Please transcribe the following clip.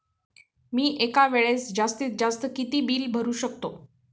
मी एका वेळेस जास्तीत जास्त किती बिल भरू शकतो?